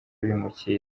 abimukira